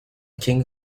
king